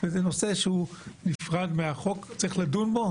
זה נושא שהוא נפרד מהחוק, וצריך לדון בו.